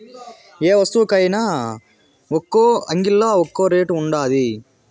యే వస్తువుకైన ఒక్కో అంగిల్లా ఒక్కో రేటు ఉండాది